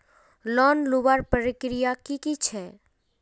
Loan लुबार प्रक्रिया की की छे?